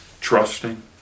Trusting